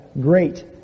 great